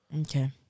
Okay